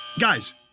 Guys